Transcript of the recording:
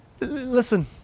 Listen